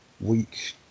week